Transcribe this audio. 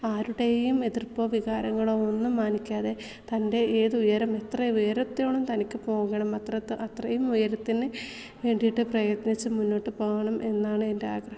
ആരുടേയും എതിർപ്പോ വികാരങ്ങളോ ഒന്നും മാനിക്കാതെ തൻ്റെ ഏതുയരം എത്ര ഉയരത്തോളം തനിക്ക് പോകണം അത്രത്ത അത്രയും ഉയരത്തിന് വേണ്ടിയിട്ട് പ്രയത്നിച്ച് മുന്നോട്ടു പോകണം എന്നാണ് എൻ്റാഗ്രഹം